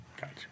gotcha